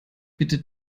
bitte